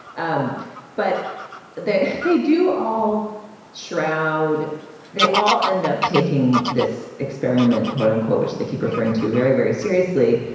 um but they they do all shroud they all end up taking this experiment, quote unquote, which they keep referring to very, very seriously.